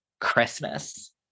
Christmas